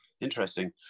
Interesting